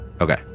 Okay